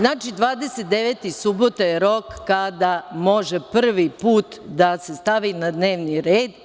Znači, 29. subota je rok kada može prvi put da se stavi na dnevni red.